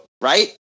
Right